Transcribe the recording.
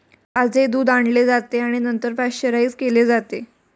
ताजे दूध आणले जाते आणि नंतर पाश्चराइज केले जाते